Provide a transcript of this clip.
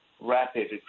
rapid